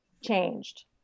changed